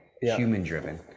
human-driven